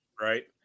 right